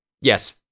Yes